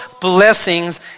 blessings